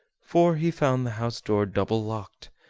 for he found the house-door double-locked,